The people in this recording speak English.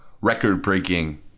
record-breaking